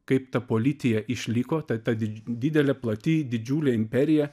kaip ta politija išliko ta ta didelė plati didžiulė imperija